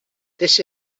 this